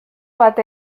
bat